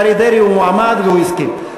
אריה דרעי הוא מועמד והוא הסכים.